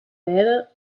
beide